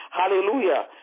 hallelujah